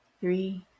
three